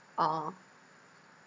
orh